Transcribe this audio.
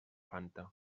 fanta